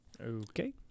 Okay